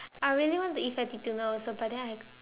I really want to eat fatty tuna also but then I